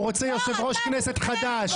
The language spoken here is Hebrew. הוא רוצה יושב-ראש כנסת חדש.